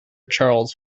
charles